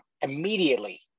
immediately